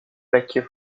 vecchio